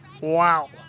wow